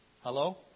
Hello